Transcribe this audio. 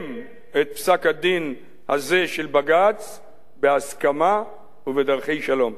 את פסק-הדין הזה של בג"ץ בהסכמה ובדרכי שלום.